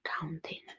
counting